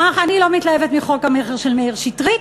אך אני לא מתלהבת מחוק המכר של מאיר שטרית,